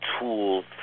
tools